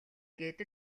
гээд